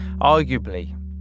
arguably